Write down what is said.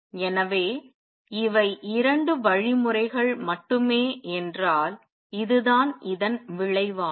எனவே இவை 2 வழிமுறைகள் மட்டுமே என்றால் இதுதான் இதன் விளைவாகும்